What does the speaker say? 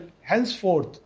henceforth